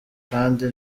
kandi